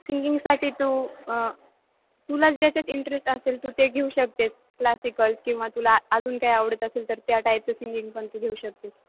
सिंगिंगसाठी तू तुला ज्याच्यात इंटरेस्ट असेल तू ते घेऊ शकतेस क्लासिकल किंवा तुला अजून काय आवडत असेल तर त्या टाईपचं सिंगिंग पण तू घेऊ शकतेस